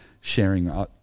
sharing